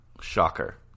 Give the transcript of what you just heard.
Shocker